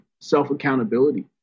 self-accountability